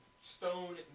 stone